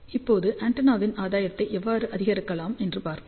இப்போது ஆண்டெனாவின் ஆதாயத்தை எவ்வாறு அதிகரிக்கலாம் என்று பார்ப்போம்